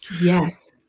Yes